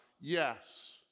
Yes